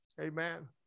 Amen